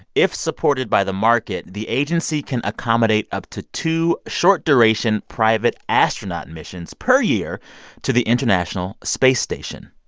if supported by the market, the agency can accommodate up to two short-duration private astronaut missions per year to the international space station.